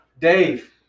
Dave